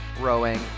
rowing